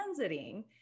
transiting